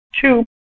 two